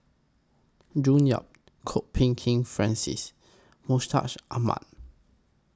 June Yap Kwok Peng Kin Francis Mustaq Ahmad